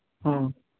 ᱦᱚᱸ